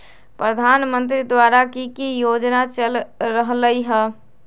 प्रधानमंत्री द्वारा की की योजना चल रहलई ह?